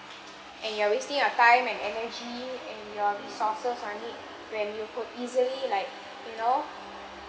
and you are wasting your time and and then he and your resources I need when you could easily like you know